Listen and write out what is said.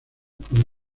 con